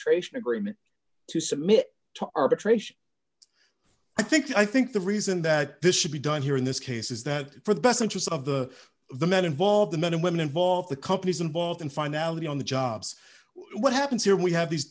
on agreement to submit to arbitration i think i think the reason that this should be done here in this case is that for the best interest of the the men involved the men and women involved the companies involved in finality on the jobs well what happens here we have these